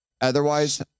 Otherwise